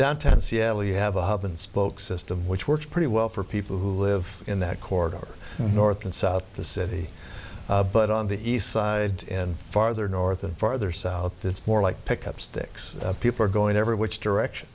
downtown seattle you have a hub and spoke system which works pretty well for people who live in that corridor north and south of the city but on the east side and farther north and farther south it's more like pick up sticks people are going every which direction